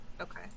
Okay